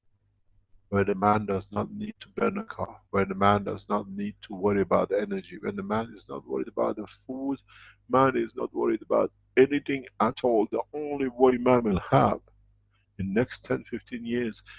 the man does not need to burn a car, where the man does not need to worry about energy, when the man is not worried about the food man is not worried about anything at all, the only worry man will have in next ten fifteen years,